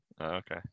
okay